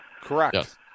Correct